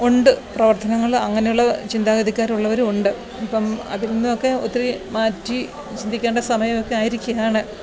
ഉണ്ട് പ്രവർത്തനങ്ങളിൽ അങ്ങനെയുള്ള ചിന്താഗതിക്കാരുള്ളവരും ഉണ്ട് ഇപ്പം അതിൽ നിന്നൊക്കെ ഒത്തിരി മാറ്റി ചിന്തിക്കേണ്ട സമയമൊക്കെ ആയിരിക്കയാണ്